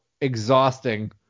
exhausting